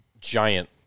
giant